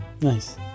Nice